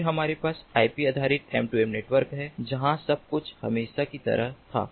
फिर हमारे पास आईपी आधारित M2M नेटवर्क है जहां सब कुछ हमेशा की तरह था